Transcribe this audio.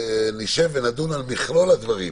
ונדון על מכלול הדברים,